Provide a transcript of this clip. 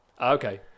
Okay